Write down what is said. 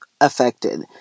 affected